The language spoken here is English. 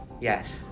Yes